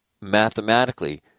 Mathematically